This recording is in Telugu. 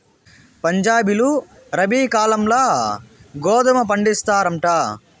పంజాబీలు రబీ కాలంల గోధుమ పండిస్తారంట